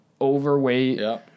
overweight